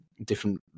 different